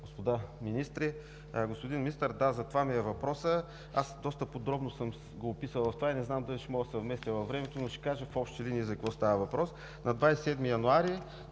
господа министри! Господин Министър, да, за това ми е въпросът, аз доста подробно съм го описал – не знам дали ще се вместя във времето, но ще кажа в общи линии за какво става въпрос. На 27 януари